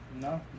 No